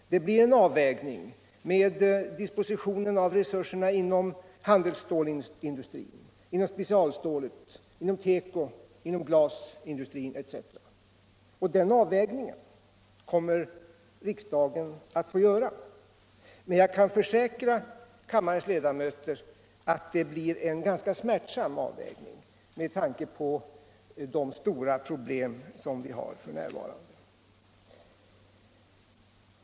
Det blir en avvägning när det gäller dispositionen av resurserna inom handelsstålindustrin, specialstålindustrin, tekobranschen, glasindustrin etc. Den avvägningen kommer riksdagen att få göra. Men jag kan försäkra kammarens ledamöter att det blir en ganska smärtsam avvägning med tanke på de stora problem som finns f. n.